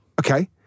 okay